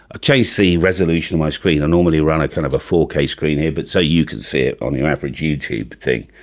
ah changed the resolution of my screen, i normally around a kind of four k screen here but so you can see it on your average youtube thing,